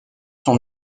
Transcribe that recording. son